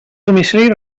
domicili